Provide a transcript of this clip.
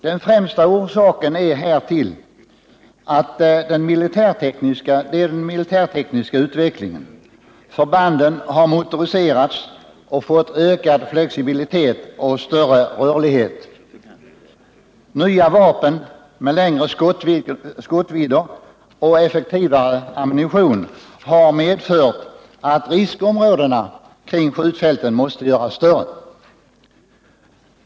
Den främsta orsaken härtill är den militärtekniska utvecklingen; förbanden har motoriserats och fått ökad flexibilitet samt större rörlighet. Nya vapen med längre skottvidd och effektivare ammunition har medfört att riskområdena måst göras större.